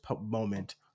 moment